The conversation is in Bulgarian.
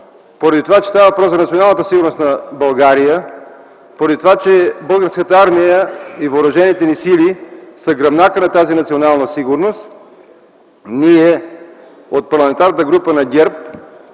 поради това, че става въпрос за националната сигурност на България, поради това, че Българската армия и въоръжените ни сили са гръбнакът на тази национална сигурност, ние от Парламентарната група на ГЕРБ